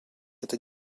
этот